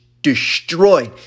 destroyed